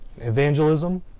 evangelism